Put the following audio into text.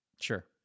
Sure